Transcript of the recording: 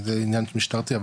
זה עניין משטרתי,